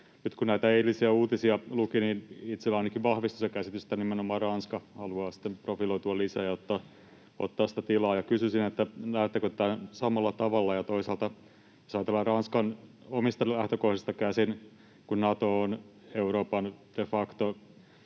nyt kun näitä eilisiä uutisia luki, niin itselläni ainakin vahvistui se käsitys, että nimenomaan Ranska haluaa sitten profiloitua lisää ja ottaa sitä tilaa. Kysyisin: Näettekö tämän samalla tavalla? Ja toisaalta, jos ajatellaan Ranskan omista lähtökohdista käsin, kun Nato on Euroopan de facto